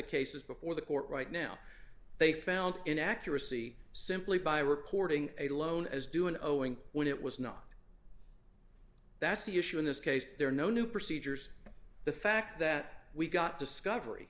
cases before the court right now they found in accuracy simply by reporting a loan as due and owing when it was not that's the issue in this case there are no new procedures the fact that we got discovery